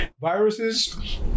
viruses